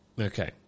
okay